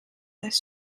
this